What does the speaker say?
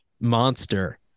monster